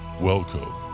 welcome